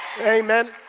Amen